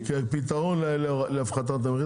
כאל פתרון להפחתת המחיר,